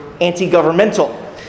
anti-governmental